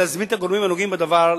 להזמין את הגורמים הנוגעים בדבר,